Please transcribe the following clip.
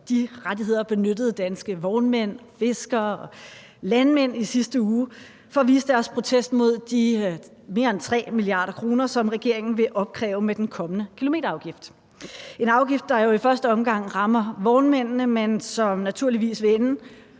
de rettigheder benyttede danske vognmænd, fiskere og landmænd i sidste uge for at vise deres protest mod de mere end 3 mia. kr., som regeringen vil opkræve med den kommende kilometerafgift – en afgift, der jo i første omgang rammer vognmændene, men som naturligvis vil ende